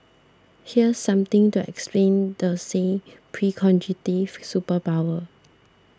here's something to explain the said superpower